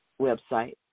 website